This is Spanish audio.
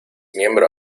miembro